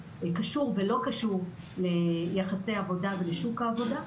וזה קשור ולא קשור ליחסי העבודה ושוק העבודה,